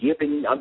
giving